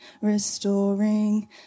restoring